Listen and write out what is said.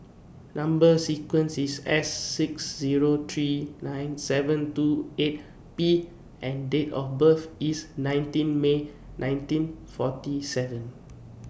Number sequence IS S six Zero three nine seven two eight P and Date of birth IS nineteen May nineteen forty seven